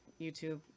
YouTube